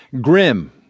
Grim